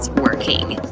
ah working,